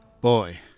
Boy